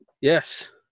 Yes